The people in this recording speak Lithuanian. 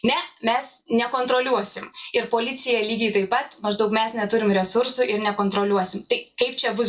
ne mes nekontroliuosim ir policija lygiai taip pat maždaug mes neturim resursų ir nekontroliuosim tai kaip čia bus